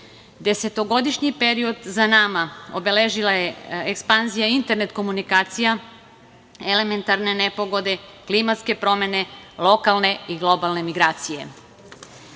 neočekivane. Desetogodišnji period za nama obeležila je ekspanzija internet komunikacija, elementarne nepogode, klimatske promene, lokalne i globalne migracije.